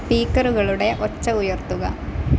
സ്പീക്കറുകളുടെ ഒച്ച ഉയർത്തുക